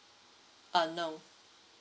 uh no